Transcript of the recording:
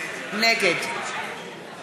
נגד